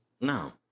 No